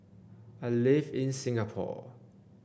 I live in Singapore